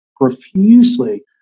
profusely